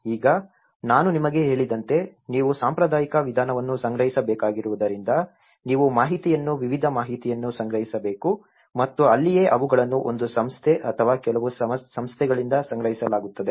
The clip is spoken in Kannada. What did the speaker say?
ಈಗ ನಾನು ನಿಮಗೆ ಹೇಳಿದಂತೆ ನೀವು ಸಾಂಪ್ರದಾಯಿಕ ವಿಧಾನವನ್ನು ಸಂಗ್ರಹಿಸಬೇಕಾಗಿರುವುದರಿಂದ ನೀವು ಮಾಹಿತಿಯನ್ನು ವಿವಿಧ ಮಾಹಿತಿಯನ್ನು ಸಂಗ್ರಹಿಸಬೇಕು ಮತ್ತು ಅಲ್ಲಿಯೇ ಅವುಗಳನ್ನು ಒಂದು ಸಂಸ್ಥೆ ಅಥವಾ ಕೆಲವು ಸಂಸ್ಥೆಗಳಿಂದ ಸಂಗ್ರಹಿಸಲಾಗುತ್ತದೆ